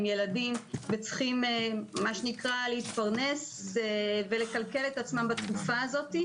עם ילדים וצריכים להתפרנס ולכלכל את עצמם בתקופה הזאת.